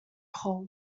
hole